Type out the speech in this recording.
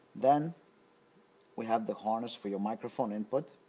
then we have the harness for your microphone input.